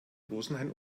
rosenheim